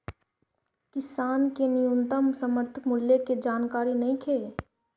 किसान के न्यूनतम समर्थन मूल्य के जानकारी नईखे